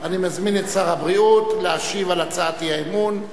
אני מזמין את שר הבריאות להשיב על הצעת אי-האמון.